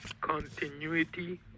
continuity